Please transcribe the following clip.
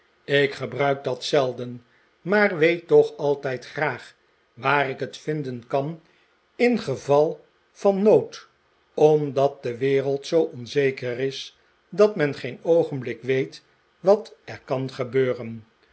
ik gebruik dat zelden maar weet toch altijd graag waar ik het vinden kan ingeval van nood omdat de wereld zoo onzeker is dat men geen oogenblik weet wat er kan gebeuren